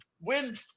win